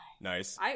Nice